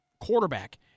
quarterback